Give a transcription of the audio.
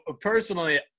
personally